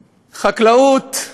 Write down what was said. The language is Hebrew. חקלאות,